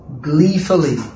gleefully